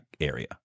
area